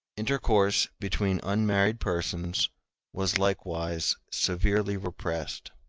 intercourse between unmarried persons was likewise severely repressed.